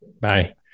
bye